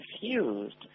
confused